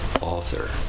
author